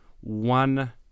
one